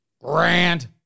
grand